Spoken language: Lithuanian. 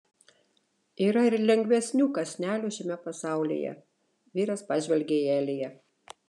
yra ir lengvesnių kąsnelių šiame pasaulyje vyras pažvelgia į eliją